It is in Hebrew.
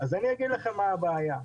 אגיד לכם מה הבעיה.